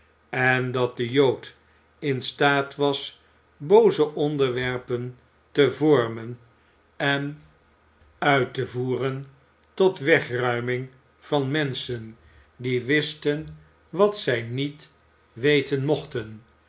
en dat de jood in staat was booze ontwerpen te vormen en uit te voeren tot wegruiming van menschen die wisten wat zij niet weten mochten